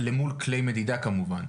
למול כלי מדידה כמובן.